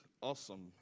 awesome